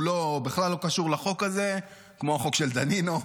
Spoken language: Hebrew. הוא בכלל לא קשור לחוק הזה, כמו החוק של דנינו.